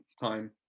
time